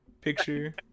picture